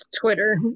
Twitter